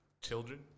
children